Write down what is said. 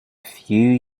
few